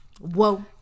Whoa